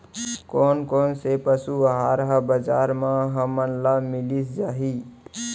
कोन कोन से पसु आहार ह बजार म हमन ल मिलिस जाही?